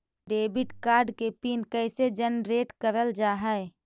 Debit card के PIN कैसे generate करल जाहै?